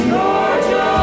Georgia